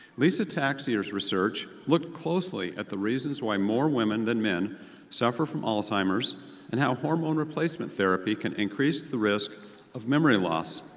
lisa taxier's research looked closely at the reasons why more women than men suffer from alzheimer's and how hormone replacement therapy can decrease the risk of memory loss.